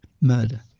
murder